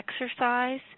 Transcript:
exercise